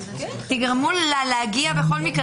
תגרמו לה להגיע בכל מקרה.